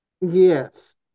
Yes